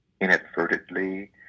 inadvertently